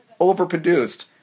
Overproduced